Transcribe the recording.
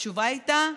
התשובה הייתה: